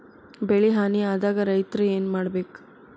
ಬೆಳಿ ಹಾನಿ ಆದಾಗ ರೈತ್ರ ಏನ್ ಮಾಡ್ಬೇಕ್?